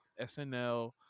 SNL